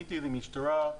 פניתי למשטרה,